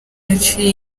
yaciye